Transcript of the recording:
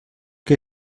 que